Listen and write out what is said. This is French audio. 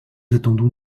attendons